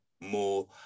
more